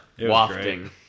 Wafting